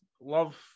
love